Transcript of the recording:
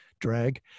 drag